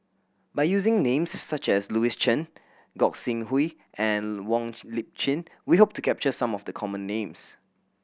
by using names such as Louis Chen Gog Sing Hooi and Wong Lip Chin we hope to capture some of the common names